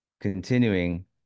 continuing